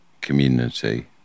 community